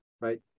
right